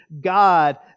God